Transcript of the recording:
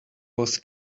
was